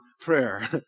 prayer